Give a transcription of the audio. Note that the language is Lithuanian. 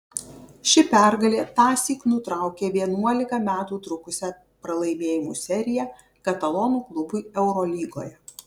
ši pergalė tąsyk nutraukė vienuolika metų trukusią pralaimėjimų seriją katalonų klubui eurolygoje